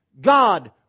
God